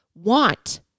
want